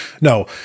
No